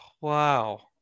wow